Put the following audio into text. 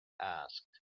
asked